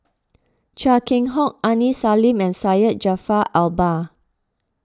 Chia Keng Hock Aini Salim and Syed Jaafar Albar